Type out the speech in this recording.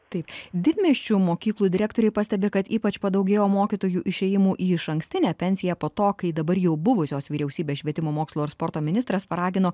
taip didmiesčių mokyklų direktoriai pastebi kad ypač padaugėjo mokytojų išėjimų į išankstinę pensiją po to kai dabar jau buvusios vyriausybės švietimo mokslo ir sporto ministras paragino